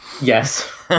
Yes